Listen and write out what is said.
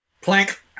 Plank